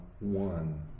one